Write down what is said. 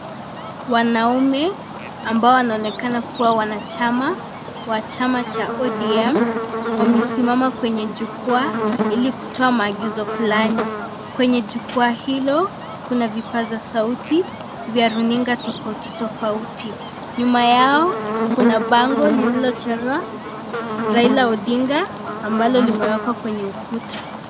Wanaume ambao wanaonekana kuwa ni wanachama wa ODM wamesimama kwenye jukwaa ili kutoa maagizo fulani, kwenye jukwaa hilo kuna vipasa sauti vya runinga tofautitofauti nyuma yao kuna bango lililochorwa Raila Odinga ambalo limewekwa kwenye ukuta.